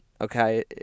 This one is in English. Okay